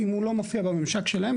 אם הוא לא מופיע בממשק שלהם,